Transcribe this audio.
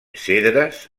cedres